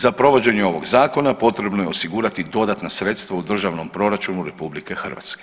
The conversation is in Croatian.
Za provođenje ovog zakona potrebno je osigurati dodatna sredstva u Državnom proračunu RH.